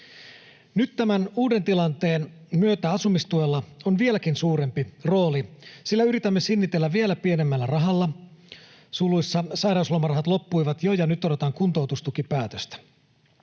Nyt tämän uuden tilanteen myötä asumistuella on vieläkin suurempi rooli, sillä yritämme sinnitellä vielä pienemmällä rahalla, sairauslomarahat loppuivat jo, ja nyt odotan kuntoutustukipäätöstä.